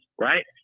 right